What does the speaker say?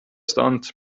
stunt